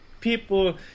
people